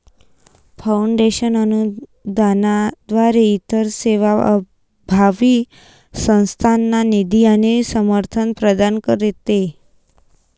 foundation अनुदानाद्वारे इतर सेवाभावी संस्थांना निधी आणि समर्थन प्रदान करते